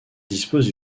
dispose